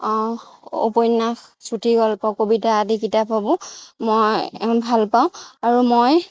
উপন্যাস চুটি গল্প কবিতা আদি কিতাপসমূহ মই ভাল পাওঁ আৰু মই